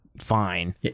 fine